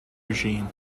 regime